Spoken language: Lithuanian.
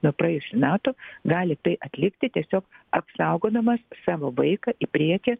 nuo praėjusių metų gali tai atlikti tiesiog apsaugodamas savo vaiką į priekį